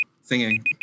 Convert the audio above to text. singing